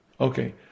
Okay